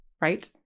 right